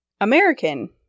American